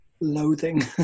loathing